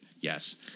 Yes